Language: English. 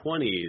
20s